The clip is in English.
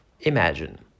imagine